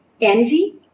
envy